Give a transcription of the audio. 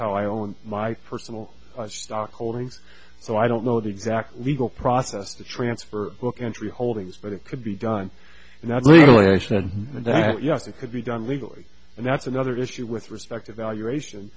how i own my personal stock holdings so i don't know the exact legal process to transfer book entry holdings but it could be done and not legally i said that yes it could be done legally and that's another issue with respect to valuation